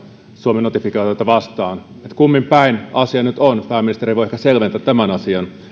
suomen notifikaatiota vastaan kummin päin asia nyt on pääministeri voi ehkä selventää tämän asian